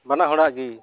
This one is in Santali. ᱵᱟᱱᱟ ᱦᱚᱲᱟᱜ ᱜᱮ